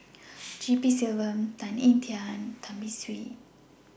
G P Selvam Tan Ean Kiam and Tan Beng Swee